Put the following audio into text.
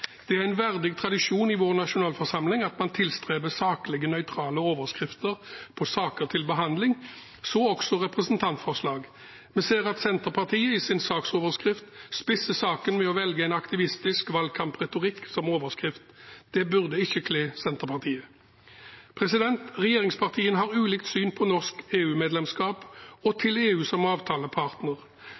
Det er en verdig tradisjon i vår nasjonalforsamling at man tilstreber saklige, nøytrale overskrifter på saker til behandling, også representantforslag. Vi ser at Senterpartiet i sin saksoverskrift spisser saken ved å velge en aktivistisk valgkampretorikk som overskrift. Det burde ikke kle Senterpartiet. Regjeringspartiene har ulikt syn på norsk EU-medlemskap og på EU som avtalepartner,